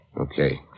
Okay